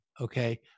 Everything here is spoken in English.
Okay